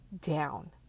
down